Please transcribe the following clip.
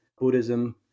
Buddhism